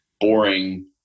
boring